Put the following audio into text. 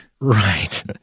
Right